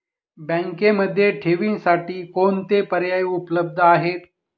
बँकेमध्ये ठेवींसाठी कोणते पर्याय उपलब्ध आहेत?